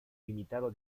limitado